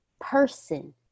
person